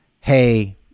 hey